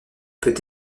peut